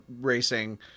racing